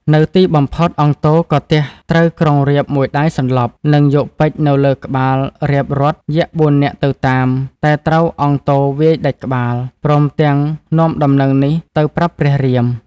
នៅទីបំផុតអង្គទ ក៏ទះត្រូវក្រុងរាពណ៍មួយដៃសន្លប់ និងយកពេជ្រនៅលើក្បាលរាពណ៍រត់ យក្ស៤នាក់ទៅតាម តែត្រូវអង្គទវាយដាច់ក្បាល ព្រមទាំងនាំដំណឹងនេះទៅប្រាប់ព្រះរាម។